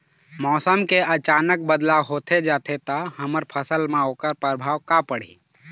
मौसम के अचानक बदलाव होथे जाथे ता हमर फसल मा ओकर परभाव का पढ़ी?